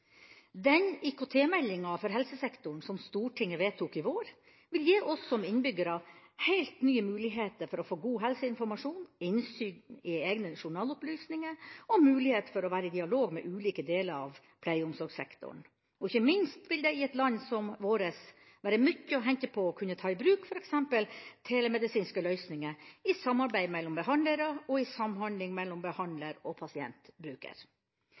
Den IKT-meldinga for helsesektoren som Stortinget vedtok i vår, vil gi oss som innbyggere helt nye muligheter for å få god helseinformasjon, innsyn i egne journalopplysninger og mulighet for å være i dialog med ulike deler av pleie- og omsorgssektoren. Og ikke minst vil det i et land som vårt være mye å hente på å kunne ta i bruk f.eks. telemedisinske løsninger i samarbeid mellom behandlere og i samhandling mellom behandler og